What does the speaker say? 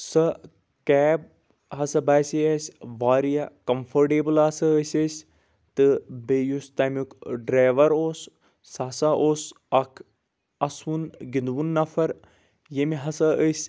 سُہ کیب ہسا باسیے اسہِ واریاہ کمفٲٹیبٕل ہسا ٲسۍ أسۍ تہٕ بیٚیہِ یُس تِمیُک ڈرایور اوس سُہ ہسا اوُس اکھ اسہٕ وُن گندٕ وُن نفر ییٚمۍ ہسا أس